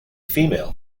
female